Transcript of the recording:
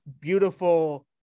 beautiful